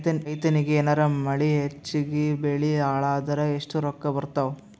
ರೈತನಿಗ ಏನಾರ ಮಳಿ ಹೆಚ್ಚಾಗಿಬೆಳಿ ಹಾಳಾದರ ಎಷ್ಟುರೊಕ್ಕಾ ಬರತ್ತಾವ?